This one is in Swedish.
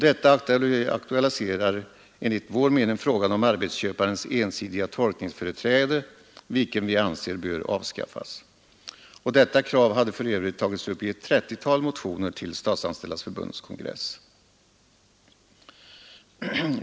Detta aktualiserar enligt vår mening frågan om arbetsköparens ensidiga tolkningsföreträde, vilket vi anser bör avskaffas. Detta krav hade för övrigt tagits upp i ett trettiotal motioner till Statsanställdas förbunds kongress.